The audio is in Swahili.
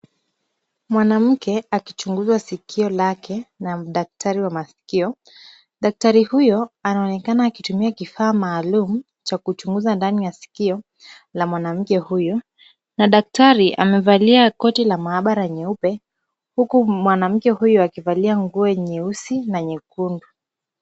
Mwanamke akichunguzwa sikio lake na daktari wa masikio. Daktari huyo anaonekana akitumia kifaa maalum cha kuchunguza ndani ya sikio la mwanamke huyu na daktari amevalia koti la maabara nyeupe, huku mwanamke huyu akivalia nguo nyeusi na nyekundu.